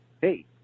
Hey